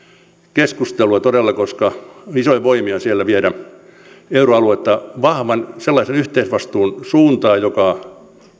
keskustelua koska siellä on isoja voimia viemässä euroaluetta sellaisen vahvan yhteisvastuun suuntaan joka